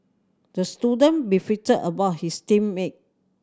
the student beefed about his team mate